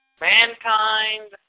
Mankind